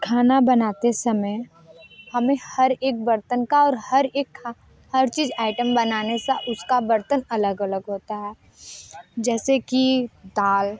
खाना बनाते समय हमें हर एक बर्तन का और हर एक हा हर चीज़ आइटम बनाने सा उसका बर्तन अलग अलग होता है जैसे कि दाल